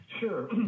Sure